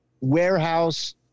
Warehouse